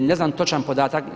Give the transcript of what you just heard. Ne znam točan podatak.